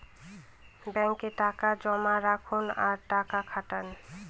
ব্যাঙ্কে টাকা জমা রাখুন আর টাকা খাটান